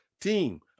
team